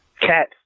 Cat